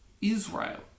Israel